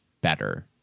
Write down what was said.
better